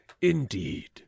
indeed